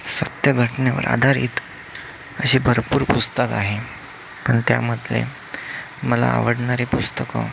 सत्य घटनेवर आधारित अशी भरपूर पुस्तकं आहे पण त्यामधले मला आवडणारी पुस्तकं